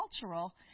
cultural